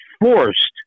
forced